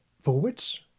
Forwards